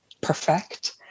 perfect